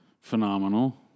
Phenomenal